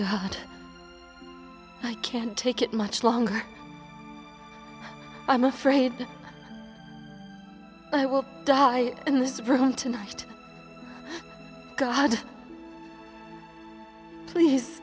god i can't take it much longer i'm afraid that i will die in this room tonight god please